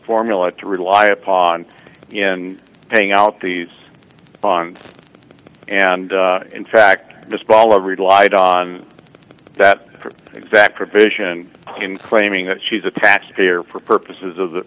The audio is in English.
formula to rely upon paying out these bonds and in fact this ball of relied on that exact provision in claiming that she's a taxpayer for purposes of the